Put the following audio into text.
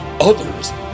others